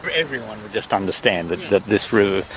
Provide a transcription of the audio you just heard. everyone would just understand that that this river,